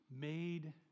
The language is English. made